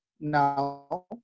now